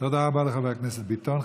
תודה רבה לחבר הכנסת ביטון.